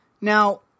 Now